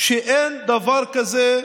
שיש אג'נדה?